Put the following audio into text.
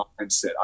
mindset